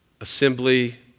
assembly